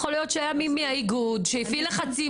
יכול להיות שהיה מי מהאיגוד שהפעיל לחצים